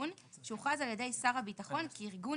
אז אלי נשאיר רגע את ההגדרה הזאת בצד וכשקובי